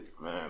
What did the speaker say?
man